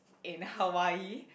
in Hawaii